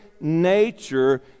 nature